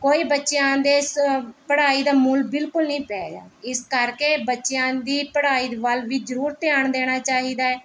ਕੋਈ ਬੱਚਿਆਂ ਦੇ ਇਸ ਪੜ੍ਹਾਈ ਦਾ ਮੁੱਲ ਬਿਲਕੁਲ ਨਹੀਂ ਪੈ ਰਿਹਾ ਇਸ ਕਰਕੇ ਬੱਚਿਆਂ ਦੀ ਪੜ੍ਹਾਈ ਵੱਲ ਵੀ ਜ਼ਰੂਰ ਧਿਆਨ ਦੇਣਾ ਚਾਹੀਦਾ ਹੈ